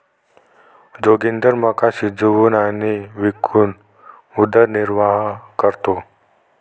जोगिंदर मका शिजवून आणि विकून उदरनिर्वाह करतो